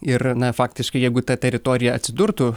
ir na faktiškai jeigu ta teritorija atsidurtų